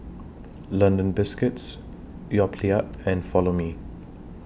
London Biscuits Yoplait and Follow Me